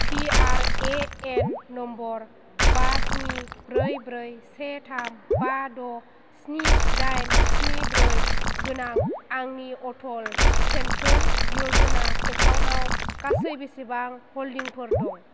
PRAN number बा स्नि ब्रै ब्रै से थाम बा द' स्नि दाइन स्नि ब्रै गोनां आंनि अटल पेन्सन य'जना एकाउन्टआव गासै बेसेबां हल्डिंफोर दं